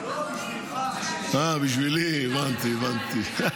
--- בשבילך --- אה, בשבילי, הבנתי, הבנתי.